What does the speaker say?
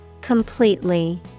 Completely